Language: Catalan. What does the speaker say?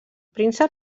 príncep